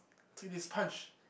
take this punch